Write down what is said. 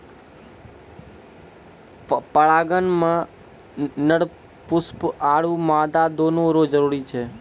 परागण मे नर पुष्प आरु मादा दोनो रो जरुरी छै